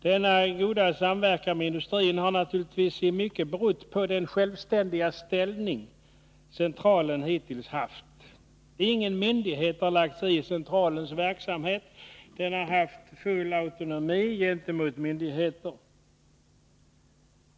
Den goda samverkan med industrin har naturligtvis i mycket berott på den självständiga ställning som centralen hittills har haft. Ingen myndighet har lagt sig i centralens verksamhet. Den har haft full autonomi gentemot myndigheter.